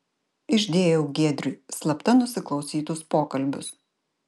išdėjau giedriui slapta nusiklausytus pokalbius